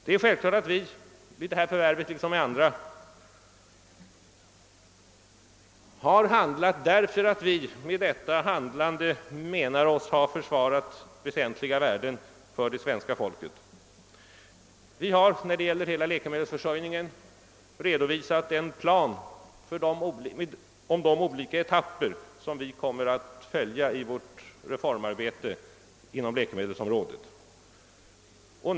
Det är självklart att vi vid detta förvärv liksom vid andra har handlat därför att vi med detta handlande menar oss ha försvarat väsentliga värden för det svenska folket. Vi har när det gäller hela läkemedelsförsörjningen redovisat en plan över de olika etapperna i vårt reformarbete inom läkemedelsområdet.